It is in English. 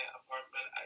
apartment